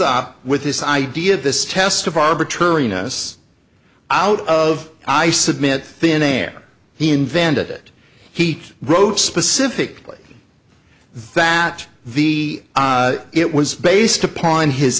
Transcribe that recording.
up with this idea of this test of arbitrariness out of i submit thin air he invented it he wrote specifically that the it was based upon his